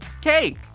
Cake